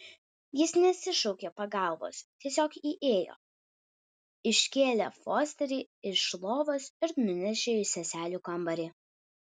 jis nesišaukė pagalbos tiesiog įėjo iškėlė fosterį iš lovos ir nunešė į seselių kambarį